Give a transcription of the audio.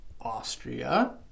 Austria